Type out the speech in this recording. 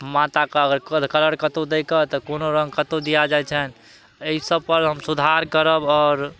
माताके अगर कलर कतहु दैके तऽ कोनो रङ्ग कतौ दिया जाइ छनि अइ सभपर हम सुधार करब आओर